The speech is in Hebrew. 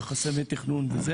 חסמי התכנון וכו'.